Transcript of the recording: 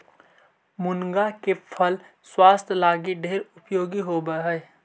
मुनगा के फल स्वास्थ्य लागी ढेर उपयोगी होब हई